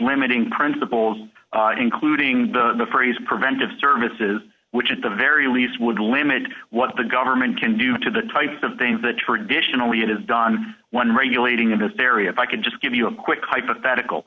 limiting principles including the phrase preventive services which at the very least would limit what the government can do to the type of things that traditionally it has done when regulating and hysteria if i could just give you a quick hypothetical